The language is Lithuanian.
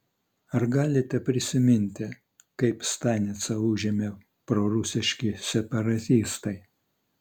ar galite prisiminti kaip stanicą užėmė prorusiški separatistai